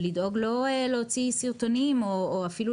לדאוג לא להוציא סרטונים או לא להיות